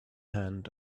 hand